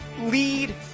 lead